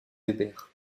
weber